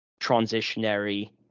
transitionary